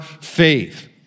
faith